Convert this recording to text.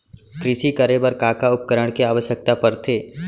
कृषि करे बर का का उपकरण के आवश्यकता परथे?